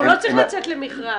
הוא לא צריך לצאת למכרז.